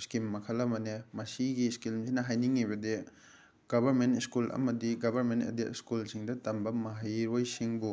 scheme ꯃꯈꯜ ꯑꯃꯅꯦ ꯃꯁꯤꯒꯤ ꯏꯁꯀꯤꯝꯁꯤꯅ ꯍꯥꯏꯅꯤꯡꯉꯤꯕꯗꯤ ꯒꯕꯔꯃꯦꯟ ꯁ꯭ꯀꯨꯜ ꯑꯃꯗꯤ ꯒꯕꯔꯃꯦꯟ ꯑꯦꯗꯦꯠ ꯁ꯭ꯀꯨꯜꯁꯤꯡꯗ ꯇꯝꯕ ꯃꯍꯩꯔꯣꯏꯁꯤꯡꯕꯨ